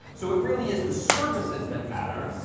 so it really is the services that matter.